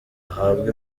ahabwa